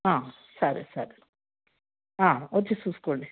సరే సరే వచ్చి చూసుకోండి